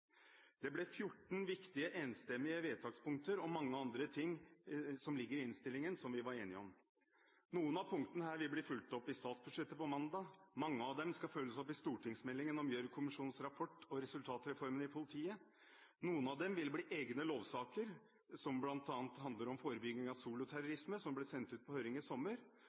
Det ble 14 viktige, enstemmige vedtakspunkter og mange andre ting som ligger i innstillingen som vi var enige om. Noen av punktene her vil bli fulgt opp i statsbudsjettet på mandag. Mange av dem skal følges opp i stortingsmeldingen om Gjørv-kommisjonens rapport og resultatreformen i politiet. Noen av dem vil bli egne lovsaker som bl.a. handler om forebygging av soloterrorisme, som ble sendt ut på høring i sommer.